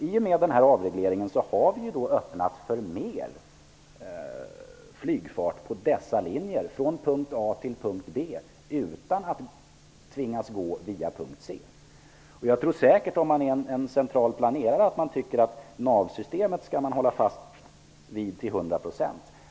I och med avregleringen har vi öppnat för mer flygfart på dessa linjer från punkt A till punkt B utan att tvingas gå via punkt C. Om man är en centralplanerare tycker man säkert att vi skall hålla fast vid navsystemet till 100 %.